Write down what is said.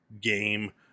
game